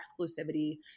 exclusivity